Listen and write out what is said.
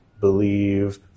Believe